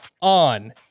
on